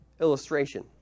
illustration